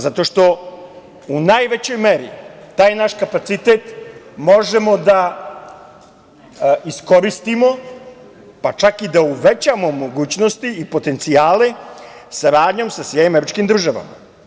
Zato što u najvećoj meri taj naš kapacitet možemo da iskoristimo, pa čak i da uvećamo mogućnosti i potencijale saradnjom sa SAD.